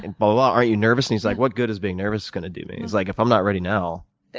and but ah aren't you nervous? and he's like, what good is being nervous going to do me? like if i'm not ready now,